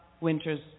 winter's